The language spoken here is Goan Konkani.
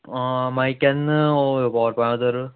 आं मागी केन्ना वोरपा येवं तर